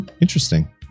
interesting